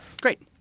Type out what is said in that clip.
Great